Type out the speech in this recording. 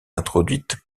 introduites